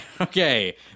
Okay